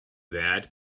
that